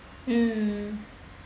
mmhmm